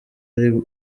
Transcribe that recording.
ari